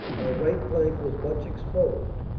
our right flank was much exposed,